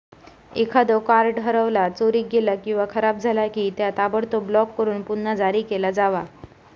एखादो कार्ड हरवला, चोरीक गेला किंवा खराब झाला की, त्या ताबडतोब ब्लॉक करून पुन्हा जारी केला जावा